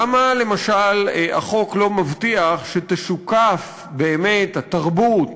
למה, למשל, החוק לא מבטיח שישוקפו באמת התרבות,